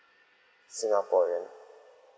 singaporean